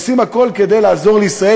עושים הכול כדי לעזור לישראל,